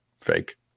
fake